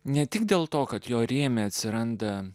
ne tik dėl to kad jo rėmė atsiranda